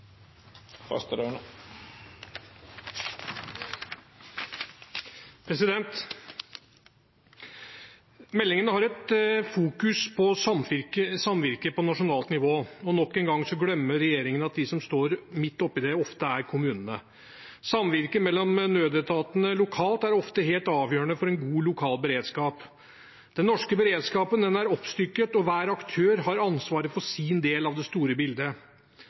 har et fokus på samvirke på nasjonalt nivå, og nok en gang glemmer regjeringen at de som står midt oppi det, ofte er kommunene. Samvirke mellom nødetatene lokalt er ofte helt avgjørende for en god lokal beredskap. Den norske beredskapen er oppstykket, og hver aktør har ansvaret for sin del av det store bildet.